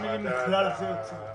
מה המילים "ובכלל זה" יוצרות?